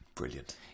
brilliant